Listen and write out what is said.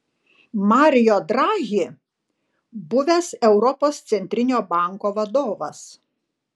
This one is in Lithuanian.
mario draghi buvęs europos centrinio banko vadovas